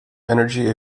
energy